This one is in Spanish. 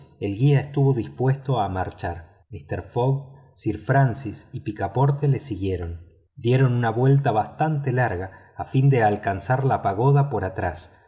el guía estuvo dispuesto a marchar mister fogg sir francis y picaporte lo siguieron dieron una vuelta bastante larga a fin de alcanzar la pagoda por atrás